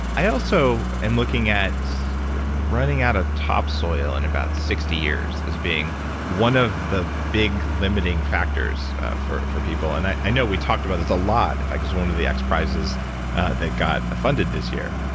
i also am looking at running out of top soil in about sixty years as being one of the big limiting factors for for people. and i i know we talked about this a lot. in fact, it's one of the x prizes that got funded this year.